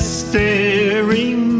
staring